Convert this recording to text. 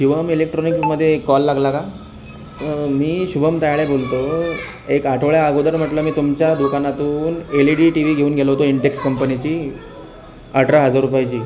Shivam electronic मध्ये call लागला का मी शिवम ताळे बोलतो एक आठवड्या अगोदर म्हटलं तुमच्या दुकानातून L E D T V घेऊन गेलो होतो इंटेक्स कंपनीची अठरा हजार रुपयाची